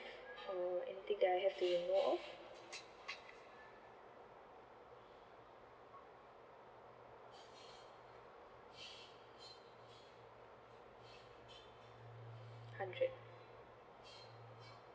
or anything that I have to you know of hundred